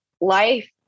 life